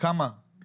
כמה הוא